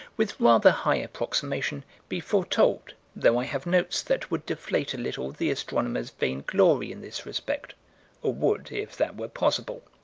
with rather high approximation, be foretold, though i have notes that would deflate a little the astronomers' vainglory in this respect or would if that were possible.